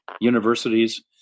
universities